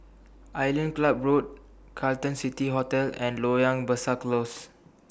Island Club Road Carlton City Hotel and Loyang Besar Close